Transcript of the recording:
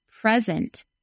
present